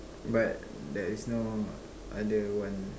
but there is no other one